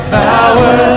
power